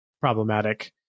problematic